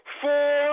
four